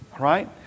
Right